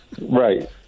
Right